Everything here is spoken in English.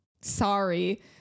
sorry